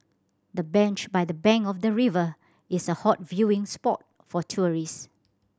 the bench by the bank of the river is a hot viewing spot for tourist